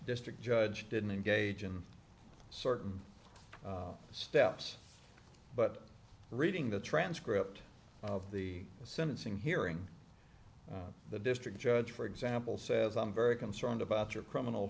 district judge didn't engage in certain steps but reading the transcript of the sentencing hearing the district judge for example says i'm very concerned about your criminal